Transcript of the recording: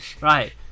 Right